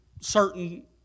certain